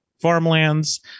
farmlands